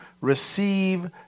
receive